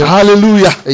Hallelujah